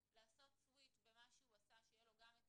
לעשות סוויץ' במה שהוא עשה, שיהיה לו גם את